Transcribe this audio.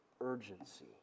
urgency